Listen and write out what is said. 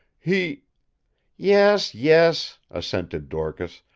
he yes, yes, assented dorcas,